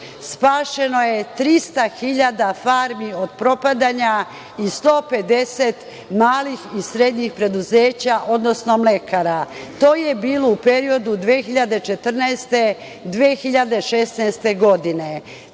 spašeno je 300.000 farmi od propadanja i 150 malih i srednjih preduzeća, odnosno mlekara. To je bilo u periodu od 2014. do 2016. godine.